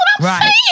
Right